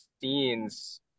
scenes